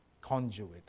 conduit